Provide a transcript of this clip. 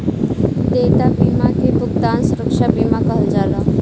देयता बीमा के भुगतान सुरक्षा बीमा कहल जाला